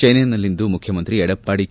ಚೆನ್ನೈನಲ್ಲಿಂದು ಮುಖ್ಯಮಂತ್ರಿ ಎಡಪ್ಪಾಡಿ ಕೆ